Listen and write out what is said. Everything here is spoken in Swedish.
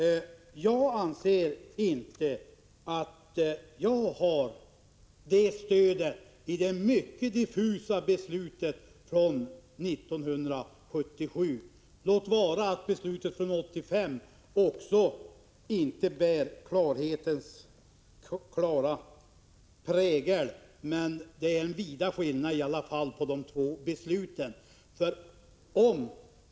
Jag anser inte att jag har detta stöd i det mycket diffusa beslutet från 1977, låt vara att beslutet från 1985 inte heller bär klarhetens prägel. Men det är i alla fall en vid skillnad mellan dessa två beslut.